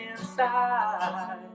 inside